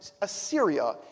Assyria